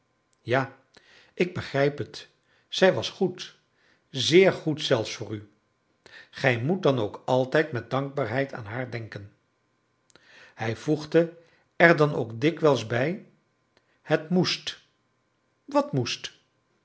ja ik begrijp het zij was goed zeer goed zelfs voor u gij moet dan ook altijd met dankbaarheid aan haar denken hij voegde er dan ook dikwijls bij het moest wat moest